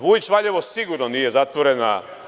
Vujić Valjevo sigurno nije zatvorena.